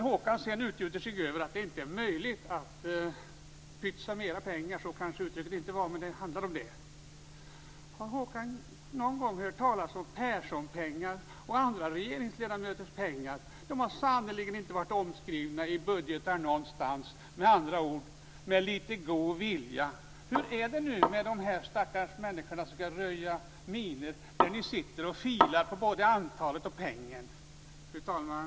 Håkan Juholt utgjuter sig över att det inte är möjligt att pytsa ut mera pengar - uttrycket kanske inte var just det, men det handlade om det. Har Håkan Juholt någon gång hört talas om Perssonpengar och andra regeringsledamöters pengar? De har sannerligen inte varit omskrivna i budgetar någonstans. Hur är det med de stackars människor som skall röja minor när ni sitter och filar på både antalet och pengen?